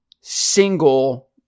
single